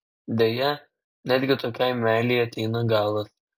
deja netgi tokiai meilei ateina galas